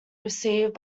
received